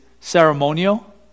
ceremonial